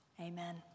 amen